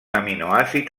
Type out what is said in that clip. aminoàcid